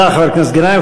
תודה, חבר הכנסת גנאים.